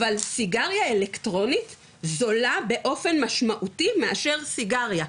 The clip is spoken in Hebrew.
אבל סיגריה אלקטרונית זולה באופן משמעותי מאשר סיגריה,